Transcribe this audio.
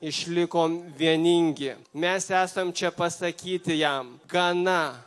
išlikom vieningi mes esam čia pasakyti jam gana